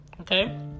okay